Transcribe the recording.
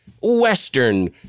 Western